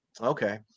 okay